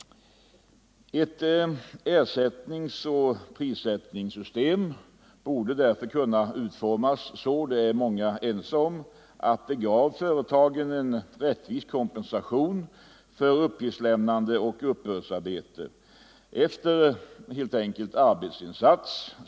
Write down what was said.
Ett ersättningsoch prissättningssystem borde därför kunna utformas så — det är många ense om -— att det gav företagen en rättvis kompensation för uppgiftslämnande och uppbördsarbete efter arbetsinsats.